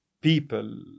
people